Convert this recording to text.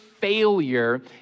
failure